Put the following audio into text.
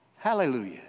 Hallelujah